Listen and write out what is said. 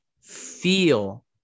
feel